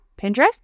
pinterest